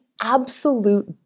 absolute